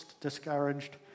discouraged